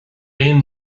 aon